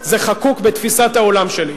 זה חקוק בתפיסת העולם שלי.